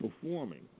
performing